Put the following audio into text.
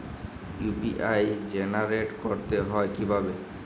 UPI generate করতে হয় কিভাবে?